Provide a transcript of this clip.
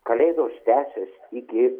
kalėdos tęsiasi iki